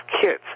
kids